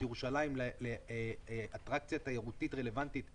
ירושלים לאטרקציה תיירותית רלוונטית לישראלים,